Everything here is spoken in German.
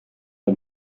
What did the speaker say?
der